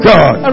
God